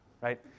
right